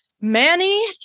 Manny